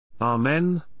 Amen